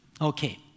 Okay